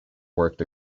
worked